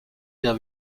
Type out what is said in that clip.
der